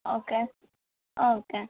okay okay